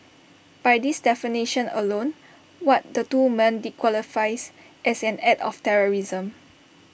by this definition alone what the two men did qualifies as an act of terrorism